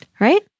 right